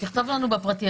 תכתוב לנו בפרטי.